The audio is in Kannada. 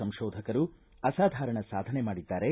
ಸಂಶೋಧಕರು ಅಸಾಧಾರಣ ಸಾಧನೆ ಮಾಡಿದ್ದಾರೆ